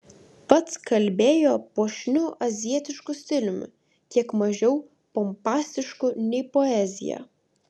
pats kalbėjo puošniu azijietišku stiliumi kiek mažiau pompastišku nei poezija